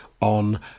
on